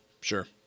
Sure